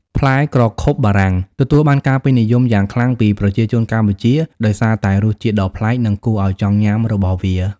ផ្លែក្រខុបបារាំងទទួលបានការពេញនិយមយ៉ាងខ្លាំងពីប្រជាជនកម្ពុជាដោយសារតែរសជាតិដ៏ប្លែក និងគួរឲ្យចង់ញ៉ាំរបស់វា។